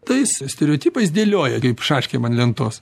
tais stereotipais dėlioja kaip šaškėm ant lentos